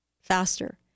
faster